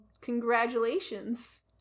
Congratulations